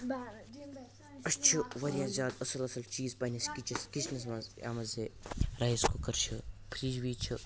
اَسہِ چھُ واریاہ زیٛادٕ اَصٕل اَصٕل چیٖز پَنٕنِس کِچ کِچنَس یَتھ منٛز یہِ رایِٔس کُکَر چھُ فرِٛج وِِج چھُ